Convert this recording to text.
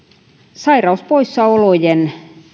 sairauspoissaolojen